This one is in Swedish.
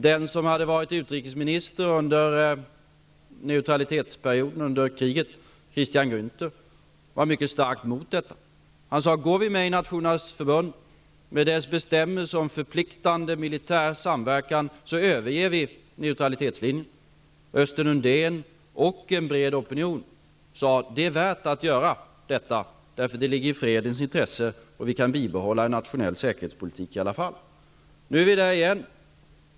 Den som hade varit utrikesminister under neutralitetsperioden under kriget -- Christian Günther -- var starkt emot detta. Han sade: Går vi med i Nationernas förbund med dess bestämmelser om förpliktande militär samverkan överger vi neutralitetslinjen. Östen Undén och en bred opinion sade: Det är värt att göra detta -- det ligger i fredens intresse, och vi kan bibehålla en nationell säkerhetspolitik i alla fall. Nu är vi där igen.